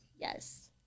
yes